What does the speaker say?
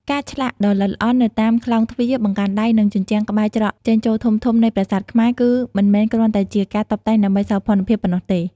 ការឆ្លាក់ដ៏ល្អិតល្អន់នៅតាមក្លោងទ្វារ បង្កាន់ដៃ និងជញ្ជាំងក្បែរច្រកចេញចូលធំៗនៃប្រាសាទខ្មែរ គឺមិនមែនគ្រាន់តែជាការតុបតែងដើម្បីសោភ័ណភាពប៉ុណ្ណោះទេ។